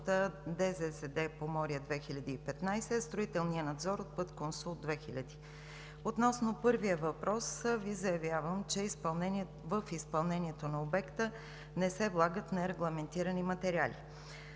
ДЗЗД „Поморие 2015“, а строителният надзор – от „Пътконсулт 2000“. Относно първия въпрос Ви заявявам, че в изпълнението на обекта не се влагат нерегламентирани материали.